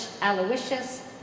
Aloysius